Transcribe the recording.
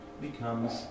becomes